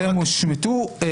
הן הושמטו.